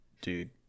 Dude